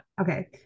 Okay